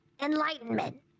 enlightenment